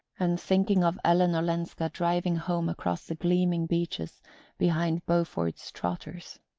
and thinking of ellen olenska driving home across the gleaming beaches behind beaufort's trotters.